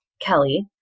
Kelly